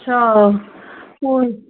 छा उहोई